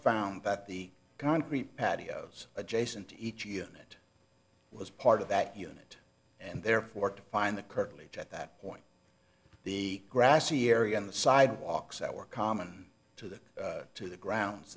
found that the concrete patios adjacent to each unit was part of that unit and therefore to find the currently at that point the grassy area on the sidewalks that were common to the to the grounds